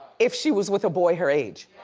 if she was with a boy her age.